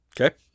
Okay